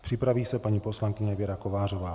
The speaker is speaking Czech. Připraví se paní poslankyně Věra Kovářová.